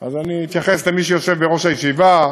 אז אני אתייחס למי שיושב בראש הישיבה.